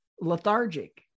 lethargic